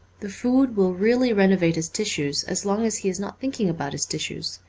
the food will really renovate his tissues as long as he is not thinking about his tissues.